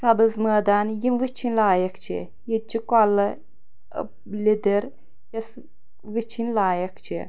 سبٕز مٲدان یِم وُچھنۍ لایق چھِ ییٚتچہِ کۄلہٕ ٲں لدٕر یۄس وُچھنۍ لایق چھِ